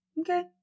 okay